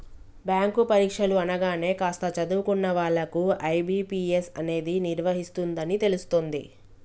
bank పరీక్షలు అనగానే కాస్త చదువుకున్న వాళ్ళకు ఐ.బీ.పీ.ఎస్ అనేది నిర్వహిస్తుందని తెలుస్తుంది